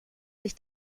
sich